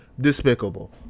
despicable